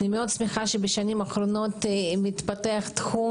אני מאוד שמחה שבשנים האחרונות מתפתח התחום